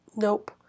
Nope